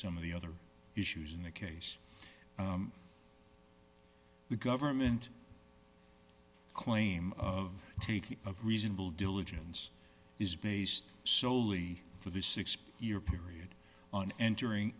some of the other issues in the case the government claim of the taking of reasonable diligence is based soley for the six per year period on entering